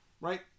Right